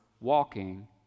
walking